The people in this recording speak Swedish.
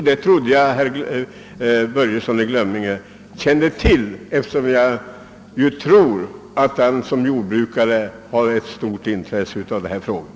Detta trodde jag herr Börjesson i Glömminge kände till — som jordbrukare har han, tror jag, ett stort intresse av dessa frågor.